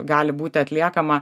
gali būti atliekama